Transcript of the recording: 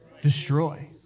Destroy